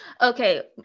Okay